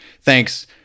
thanks